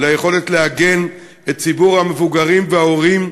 ליכולת להגן על ציבור המבוגרים וההורים.